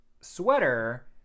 sweater